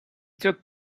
took